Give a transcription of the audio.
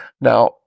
Now